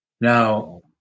Now